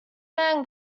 men